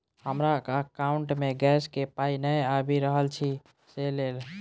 हमरा एकाउंट मे गैस केँ पाई नै आबि रहल छी सँ लेल?